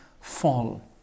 fall